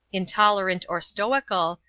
intolerant or stoical,